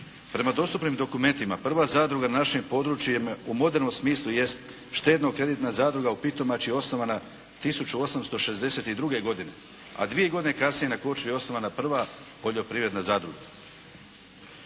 Prema dostupnim dokumentima prva zadruga na našem području je u modernom smislu jest štedno-kreditna zadruga u Pitomači osnovana 1862. godine. A dvije godine kasnije na Korčuli je osnovana prva poljoprivredna zadruga.